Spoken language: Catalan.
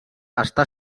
està